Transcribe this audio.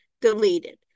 deleted